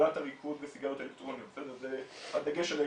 --- וסיגריות אלקטרוניות, הדגש על ההתמכרות,